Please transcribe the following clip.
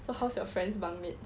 so how's your friend's bunk mate